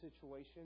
situation